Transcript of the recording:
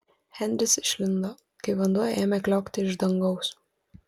henris išlindo kai vanduo ėmė kliokti iš dangaus